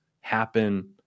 happen